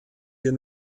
wir